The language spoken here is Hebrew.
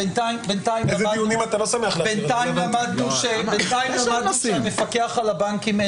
בינתיים למדנו שהמפקח על הבנקים,